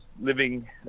living